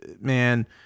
man